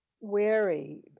wary